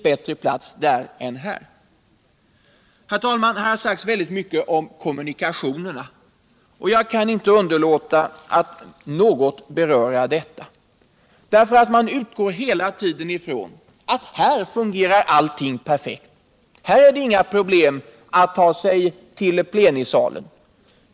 Det har sagts väldigt mycket om kommunikationerna, och jag kan inte underlåta att något beröra den saken. Man utgår hela tiden från att här fungerar allting perfekt. Här är det inga problem att ta sig till plenisaien!